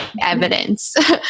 evidence